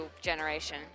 generation